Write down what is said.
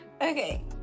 Okay